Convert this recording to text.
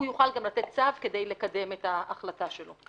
הוא יוכל גם לתת צו כדי לקדם את ההחלטה שלו.